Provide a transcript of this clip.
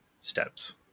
steps